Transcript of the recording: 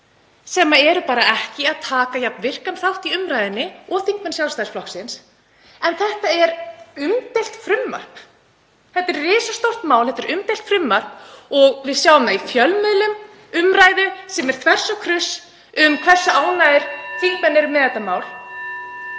sem eru bara ekki að taka eins virkan þátt í umræðunni og þingmenn Sjálfstæðisflokksins. Þetta er umdeilt frumvarp. Þetta er risastórt mál. Þetta er umdeilt frumvarp og við sjáum það í fjölmiðlum, í umræðu sem er þvers og kruss, (Forseti hringir.) hversu ánægðir þingmenn eru með þetta mál.